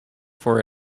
for